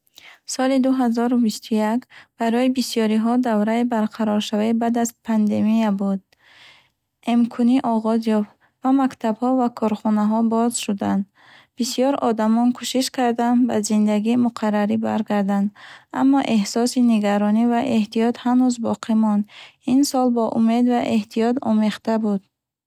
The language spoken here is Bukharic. Соли дуҳазору бисту як барои бисёриҳо давраи барқароршавии баъд аз пандемия буд. Эмкунӣ оғоз ёфт ва мактабҳо ва корхонаҳо боз шуданд. Бисёр одамон кӯшиш карданд ба зиндагии муқаррарӣ баргарданд. Аммо эҳсоси нигаронӣ ва эҳтиёт ҳанӯз боқӣ монд. Ин сол бо умед ва эҳтиёт омехта буд.